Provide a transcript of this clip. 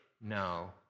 No